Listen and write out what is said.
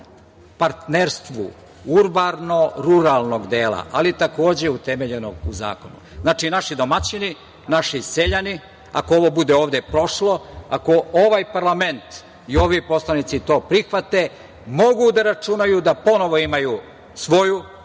partnerstvu urbano ruralnog dela, ali takođe utemeljenog u zakonu. Znači, naši domaćini, naši seljani, ako ovo bude ovde prošlo, ako ovaj parlament i ovi poslanici to prihvate, mogu da računaju da ponovo imaju svoju pravu